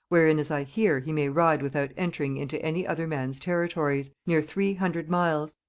wherein, as i hear, he may ride without entering into any other man's territories, near three hundred miles.